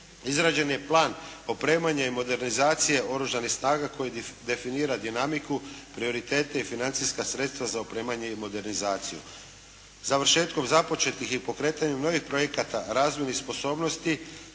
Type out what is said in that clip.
Izrađen je plan opremanja i modernizacije Oružanih snaga koji definira dinamiku, prioritete i financijska sredstva za opremanje i modernizaciju. Završetkom započetih i pokretanjem novih projekata razvojnih sposobnosti